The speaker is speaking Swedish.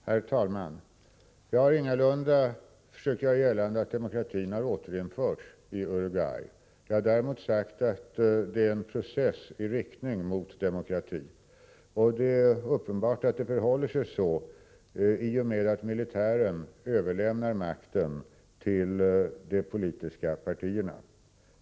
Herr talman! Jag har ingalunda försökt göra gällande att demokratin har återinförts i Uruguay. Jag har däremot sagt att det sker en process i riktning mot demokrati. Det är uppenbart att det förhåller sig så, i och med att militären överlämnar makten till de politiska partierna.